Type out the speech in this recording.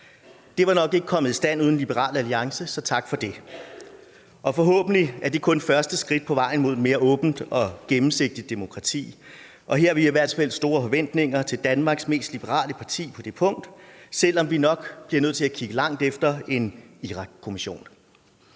Det var nok ikke kommet i stand uden Liberal Alliance, så tak for det. Forhåbentlig er det kun første skridt på vejen mod et mere åbent og gennemsigtigt demokrati, og her har vi i hvert fald store forventninger til Danmarks mest liberale parti på det punkt, selv om vi nok bliver nødt til at kigge langt efter en Irakkommission.